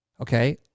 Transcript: Okay